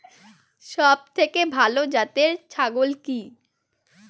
সবথেকে ভালো জাতের ছাগল কি?